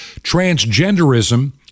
transgenderism